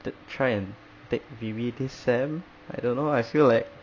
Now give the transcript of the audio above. t~ try and take V_B this sem I don't know I feel like